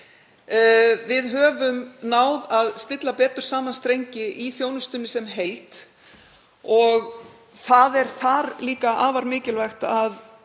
Við höfum náð að stilla betur saman strengi í þjónustunni sem heild. Þar er það líka afar mikilvægt að